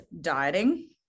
dieting